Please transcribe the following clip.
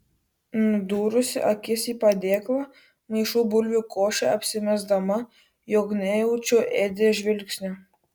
nudūrusi akis į padėklą maišau bulvių košę apsimesdama jog nejaučiu edi žvilgsnio